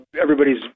everybody's